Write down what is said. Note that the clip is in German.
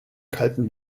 kalten